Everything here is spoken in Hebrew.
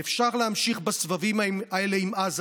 ואפשר להמשיך בסבבים האלה עם עזה,